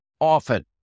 often